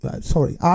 sorry